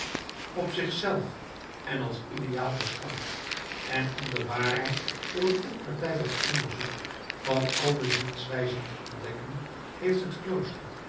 op zich zelf en als ideaal beschouwd en om de waarheid door een onpartijdig onderzoek van al de zienswijzen te ontdekken heeft het